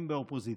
אם באופוזיציה.